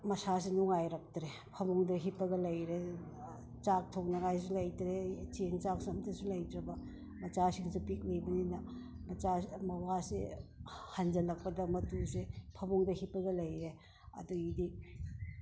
ꯃꯁꯥꯁꯤ ꯅꯨꯡꯉꯥꯏꯔꯛꯇ꯭ꯔꯦ ꯐꯃꯨꯡꯗ ꯍꯤꯞꯄꯒ ꯂꯩꯔꯦ ꯆꯥꯛ ꯊꯣꯡꯅꯉꯥꯏꯁꯨ ꯂꯩꯇ꯭ꯔꯦ ꯆꯦꯡ ꯆꯥꯛꯁꯨ ꯑꯃꯠꯇꯁꯨ ꯂꯩꯇꯕ ꯃꯆꯥꯁꯤꯡꯁꯨ ꯄꯤꯛꯂꯤꯕꯅꯤꯅ ꯃꯆꯥ ꯃꯋꯥꯁꯤ ꯍꯟꯖꯜꯂꯛꯄꯗ ꯃꯇꯨꯁꯦ ꯐꯃꯨꯡꯗ ꯍꯤꯞꯄꯒ ꯂꯩꯔꯦ ꯑꯗꯨꯒꯗꯤ